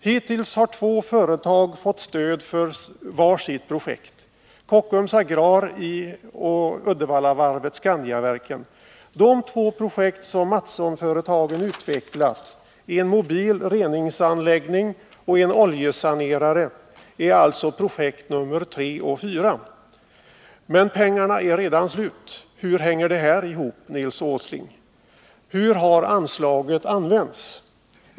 Hittills har två företag fått stöd för var sitt projekt: Kockums Agrar och Uddevallavarvet-Skandiaverken. De två projekt som Mattssonföretagen utvecklat — en mobil reningsanläggning och en oljesanerare — är alltså projekt nr 3 och 4. Men pengarna är redan slut. Hur hänger det här ihop, Nils Åsling? Hur har anslaget använts?